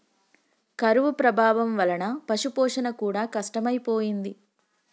కరువు ప్రభావం వలన పశుపోషణ కూడా కష్టమైపోయింది